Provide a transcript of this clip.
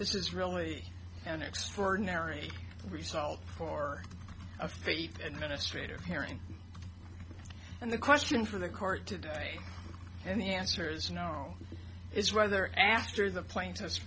this is really an extraordinary result for a faith administrators parent and the question for the court today and the answer is no it's right there after the plaintiffs